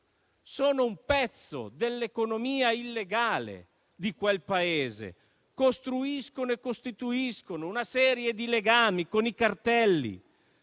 sono un pezzo dell'economia illegale del Paese, costruiscono e costituiscono una serie di legami con i cartelli